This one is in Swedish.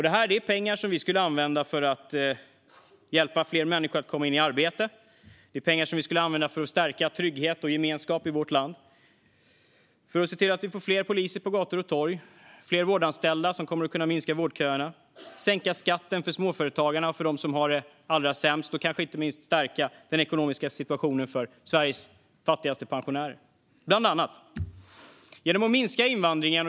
Det är pengar som vi skulle använda för att hjälpa fler människor att komma in i arbete. Det är pengar som vi skulle använda för att stärka trygghet och gemenskap i vårt land. Vi skulle se till att vi får fler poliser på gator och torg och fler vårdanställda, som kan minska vårdköerna. Vi skulle sänka skatten för småföretagarna och för dem som har det allra sämst. Vi skulle kanske inte minst stärka den ekonomiska situationen för Sveriges fattigaste pensionärer. Bland annat detta skulle vi göra.